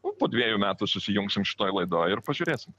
nu po dviejų metų susijungsim šitoj laidoj ir pažiūrėsim